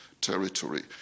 territory